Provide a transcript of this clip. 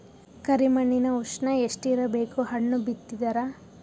ಕರಿ ಮಣ್ಣಿನ ಉಷ್ಣ ಎಷ್ಟ ಇರಬೇಕು ಹಣ್ಣು ಬಿತ್ತಿದರ?